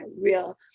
real